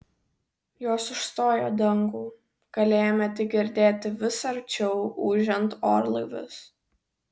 jos užstojo dangų galėjome tik girdėti vis arčiau ūžiant orlaivius